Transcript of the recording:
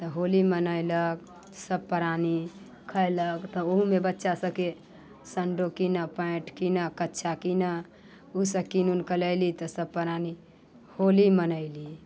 तऽ होली मनेलक सब प्राणी खयलक तऽ ओहोमे बच्चा सबके सेंडो कीनऽ पैंट कीनऽ कच्छा कीनऽ ओ सब कीन ओनके लयली सब प्राणी होली मनयली